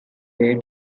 way